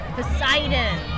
Poseidon